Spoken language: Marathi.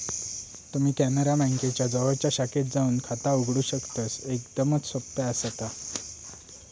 तुम्ही कॅनरा बँकेच्या जवळच्या शाखेत जाऊन खाता उघडू शकतस, एकदमच सोप्या आसा ता